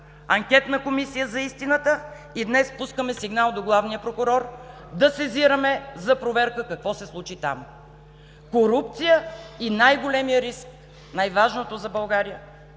Анкетна комисия за истината, и днес пускаме сигнал до главния прокурор да сезираме за проверка какво се случи там! Корупция и най-големият риск, най-важното за България